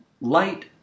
light